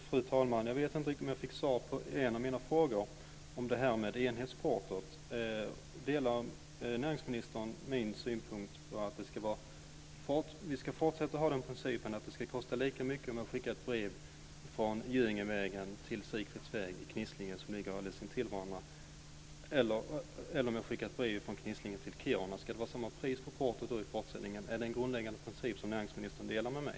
Fru talman! Jag vet inte riktigt om jag fick svar på en av mina frågor, den om enhetsportot. Delar näringsministern min synpunkt? Ska vi fortsätta att ha den principen att det ska kosta lika mycket att skicka ett brev från Göingevägen till Sigrids väg i Knislinge, som ligger alldeles intill varandra, som att skicka ett brev från Knislinge till Kiruna? Ska det vara samma porto i fortsättningen? Är det en grundläggande princip som näringsministern delar med mig?